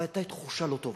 אבל היתה תחושה לא טובה,